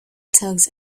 tugs